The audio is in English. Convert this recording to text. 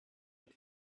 had